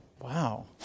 wow